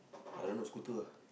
I don't know the scooter lah